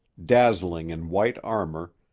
dazzling in white armor,